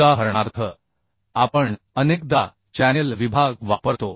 उदाहरणार्थ आपण अनेकदा चॅनेल विभाग वापरतो